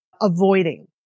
avoiding